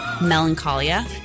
melancholia